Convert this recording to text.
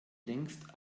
längst